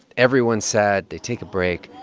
everyone's sad. they take a break.